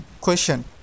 question